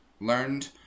learned